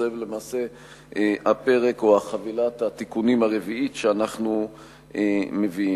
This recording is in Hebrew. זה למעשה הפרק או חבילת התיקונים הרביעית שאנחנו מביאים.